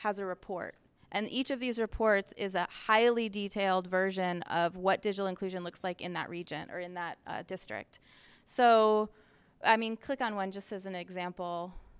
has a report and each of these reports is a highly detailed version of what digital inclusion looks like in that region or in that district so i mean click on one just as an example